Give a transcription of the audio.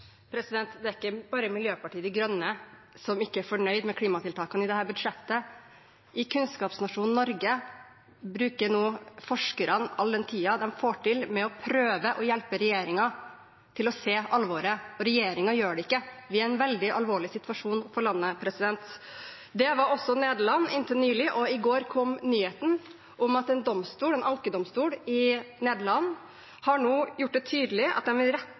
Det er ikke bare Miljøpartiet De Grønne som ikke er fornøyd med klimatiltakene i dette budsjettet. I kunnskapsnasjonen Norge bruker nå forskerne all den tiden de får til, på å prøve å hjelpe regjeringen til å se alvoret, men regjeringen gjør det ikke. Vi er i en veldig alvorlig situasjon for landet. Det var også Nederland inntil nylig, og i går kom nyheten om at en ankedomstol i Nederland nå har gjort det tydelig at